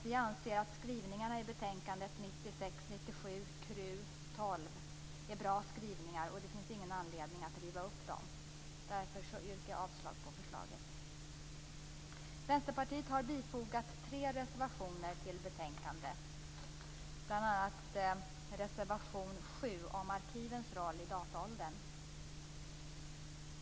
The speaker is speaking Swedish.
Vi anser att skrivningarna i betänkandet 1996/97KrU12 är bra. Det finns ingen anledning att riva upp dem. Därför yrkar jag avslag på förslaget. Vänsterpartiet har fogat tre reservationer till betänkandet, bl.a. reservation 7 om arkivens roll i dataåldern.